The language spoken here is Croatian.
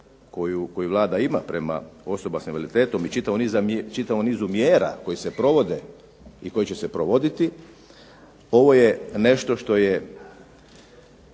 kojeg Vlada ima prema osobama s invaliditetom i čitavom nizu mjera koji se provode i koji će se provoditi, ovo je nešto što je